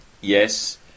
Yes